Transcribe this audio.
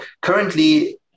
currently